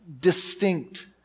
distinct